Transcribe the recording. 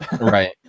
right